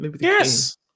Yes